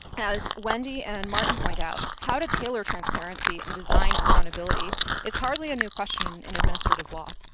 as wendy and martin point out, how to tailor transparency and design accountability is hardly a new question in administrative law.